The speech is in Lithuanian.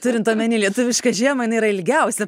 turint omeny lietuvišką žiemą jinai yra ilgiausia